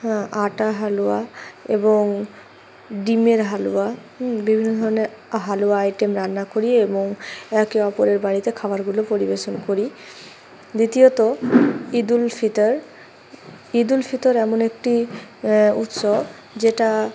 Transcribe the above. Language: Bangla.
হ্যাঁ আটা হালুয়া এবং ডিমের হালুয়া বিভিন্ন ধরনের হালুয়া আইটেম রান্না করি এবং একে অপরের বাড়িতে খাবারগুলো পরিবেশন করি দ্বিতীয়ত ঈদুল ফিতর ঈদুল ফিতর এমন একটি উৎসব যেটা